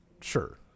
Sure